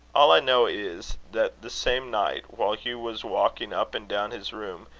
all i know is, that the same night while hugh was walking up and down his room,